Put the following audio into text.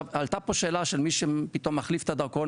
עלתה פה השאלה שמי שפתאום מחליף את הדרכון